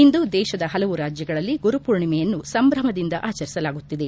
ಇಂದು ದೇಶದ ಹಲವು ರಾಜ್ಯಗಳಲ್ಲಿ ಗುರುಪೂರ್ಣಿಮೆಯನ್ನು ಸಂಭ್ರಮದಿಂದ ಆಚರಿಸಲಾಗುತ್ತಿದೆ